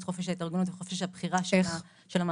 חופש ההתארגנות וחופש הבחירה של המעסיקים.